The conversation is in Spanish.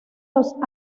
los